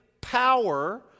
power